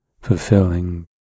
fulfilling